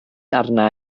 arna